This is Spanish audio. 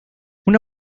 una